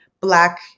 black